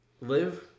live